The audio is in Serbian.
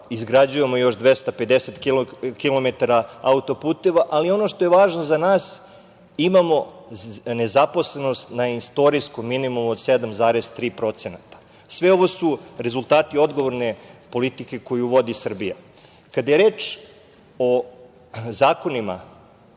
izgrađujemo još 250 km, ali ono što je važno za nas – imamo nezaposlenost na istorijskom minimumu od 7,3%.Sve ovo su rezultati odgovorne politike koju vodi Srbija. Kada je reč o zakonima